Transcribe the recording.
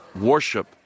worship